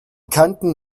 kanten